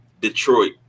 Detroit